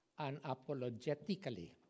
unapologetically